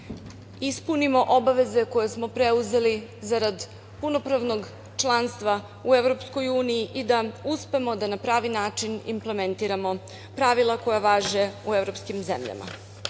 ispunimo obaveze koje smo preuzeli zarad punopravnog članstva u EU i da uspemo da na pravi način implementiramo pravila koja važe u evropskim zemljama. Između